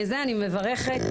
אני מברכת